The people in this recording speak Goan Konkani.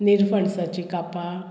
निरफणसाची कापां